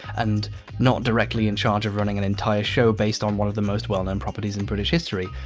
and not directly in charge of running an entire show based on one of the most well known properties in british history.